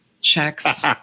checks